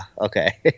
okay